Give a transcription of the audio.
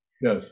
Yes